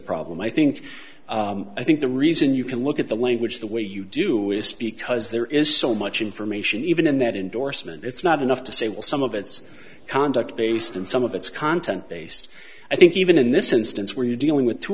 problem i think i think the reason you can look at the language the way you do is speak cuz there is so much information even in that indorsement it's not enough to say well some of it's conduct based and some of its content based i think even in this instance where you're dealing with t